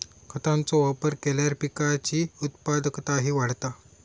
खतांचो वापर केल्यार पिकाची उत्पादकताही वाढता